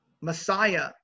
Messiah